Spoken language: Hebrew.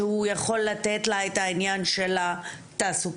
שהוא יכול לתת לה את העניין של התעסוקה?